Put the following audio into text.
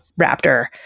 raptor